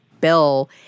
Bill